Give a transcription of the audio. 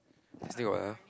still got what ah